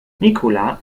nicola